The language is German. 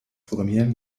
programmieren